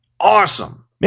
awesome